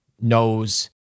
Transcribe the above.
knows